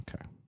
Okay